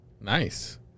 nice